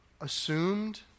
assumed